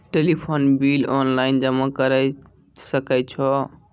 Telephone bill online जमा करै सकै छौ?